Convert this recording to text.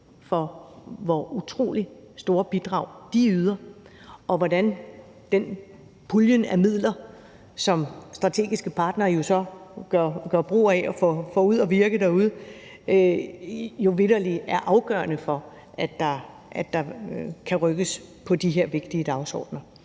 for de utrolig store bidrag, de yder, og hvordan puljen af midler, som strategiske partnere jo så gør brug af og får ud at virke derude, vitterlig er afgørende for, at der kan rykkes på de her vigtige dagsordener.